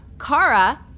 Kara